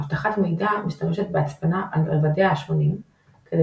אבטחת מידע משתמשת בהצפנה על רבדיה השונים כדי